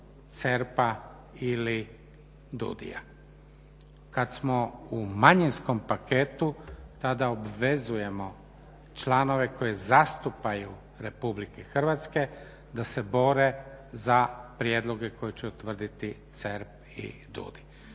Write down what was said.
CERP-a ili DUDI-ja. Kad smo u manjinskom paketu tada obvezujemo članove koje zastupaju RH da se bore za prijedloge koje će utvrditi CERP i DUDI.